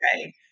okay